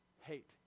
hate